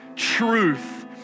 Truth